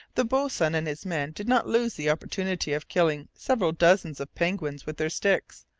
the boatswain and his men did not lose the opportunity of killing several dozens of penguins with their sticks,